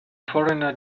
foreigner